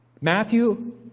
matthew